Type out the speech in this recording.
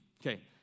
Okay